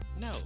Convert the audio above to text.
no